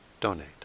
donate